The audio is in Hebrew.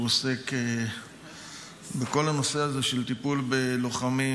על שהוא עוסק בכל הנושא הזה של טיפול בלוחמים,